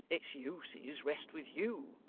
its uses rest with you